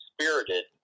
spirited